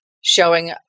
showing